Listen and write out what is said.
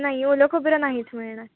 नाही ओलं खबरं नाहीच मिळणार